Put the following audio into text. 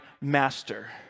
master